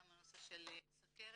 גם נושא של סוכרת